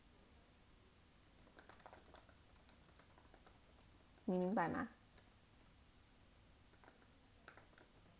你明白吗